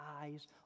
eyes